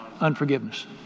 Unforgiveness